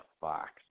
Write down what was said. fox